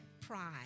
pride